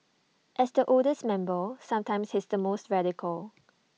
as the oldest member sometimes he's the most radical